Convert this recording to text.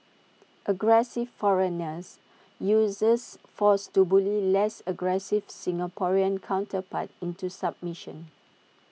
aggressive foreigners uses force to bully less aggressive Singaporean counterpart into submission